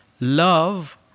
love